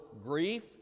grief